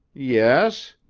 yes?